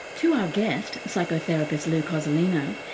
to our guest, psychotherapist lou cozolino,